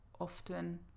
often